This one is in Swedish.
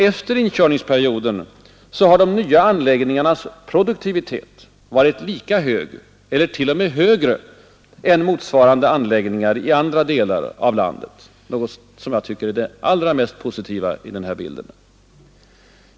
Efter inkörningsperioden har de nya anläggningarnas produktivitet varit lika hög eller t.o.m. högre än motsvarande anläggningar i andra delar av landet — något som jag tycker är det allra mest positiva i bilden.